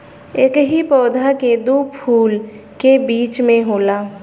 एकही पौधा के दू फूल के बीच में होला